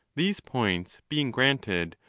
these points being granted,